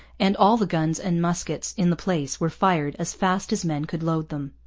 and all the guns and muskets in the place were fired as fast as men could load them.